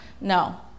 No